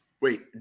wait